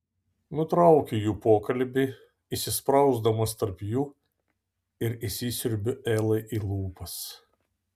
nutraukiu jų pokalbį įsisprausdamas tarp jų ir įsisiurbiu elai į lūpas